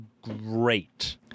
great